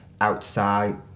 outside